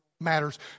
matters